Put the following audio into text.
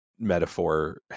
metaphor